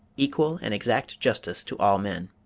equal and exact justice to all men.